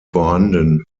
vorhanden